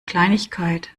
kleinigkeit